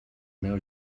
meu